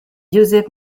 josep